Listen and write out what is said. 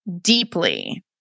deeply